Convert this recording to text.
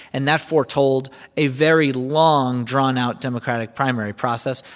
and that foretold a very long, drawn-out democratic primary process,